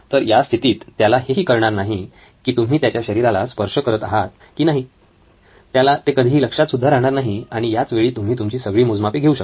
तर या स्थितीत त्याला हेही कळणार नाही की तुम्ही त्याच्या शरीराला स्पर्श करत आहात की नाही त्याला ते कधीही लक्षात सुद्धा राहणार नाही आणि याच वेळी तुम्ही तुमची सगळी मोजमापे घेऊ शकता